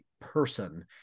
person